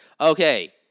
okay